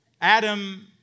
Adam